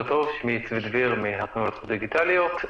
שמי צבי דביר, ואני מהאגודה לזכויות דיגיטליות.